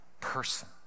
person